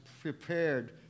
prepared